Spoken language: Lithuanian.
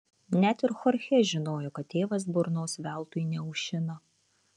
net ir chorchė žinojo kad tėvas burnos veltui neaušina